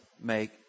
make